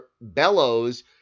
Bellows